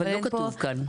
אבל, לא כתוב כאן.